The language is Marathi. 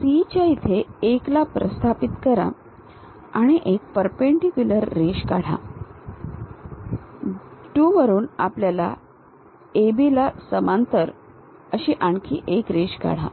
तर C च्या इथे 1 ला प्रस्थापित करा आणि एक परपेंडीक्युलर रेष काढा 2 वरून A B ला समांतर आणखी एक रेषा काढा